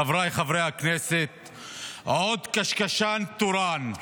חבריי חברי הכנסת, עוד קשקשן תורן.